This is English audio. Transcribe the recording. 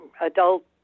adult